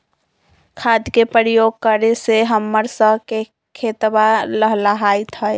खाद के प्रयोग करे से हम्मर स के खेतवा लहलाईत हई